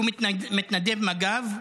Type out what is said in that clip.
שהוא מתנדב מג"ב,